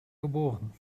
geboren